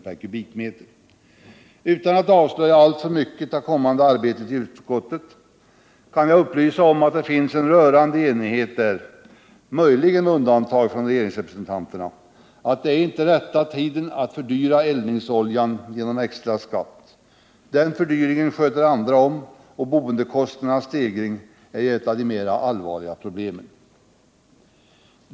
per kubikmeter. Utan att avslöja alltför mycket av kommande arbete i utskottet kan jag upplysa om att det finns en rörande enighet där, möjligen med undantag för folkpartirepresentanterna, att det inte är rätta tiden att fördyra eldningsoljan genom extraskatt. Den fördyringen sköter andra om. Och boendekostnadernas stegring är ju ett av de mera allvarliga problemen.